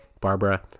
barbara